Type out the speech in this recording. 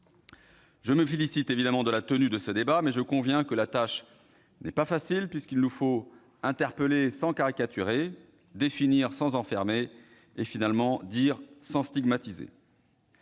Je me félicite évidemment de la tenue de ce débat, mais je conviens que la tâche n'est pas facile, puisqu'il nous faut interpeller sans caricaturer, définir sans enfermer et finalement dire sans stigmatiser.